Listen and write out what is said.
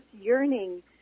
yearning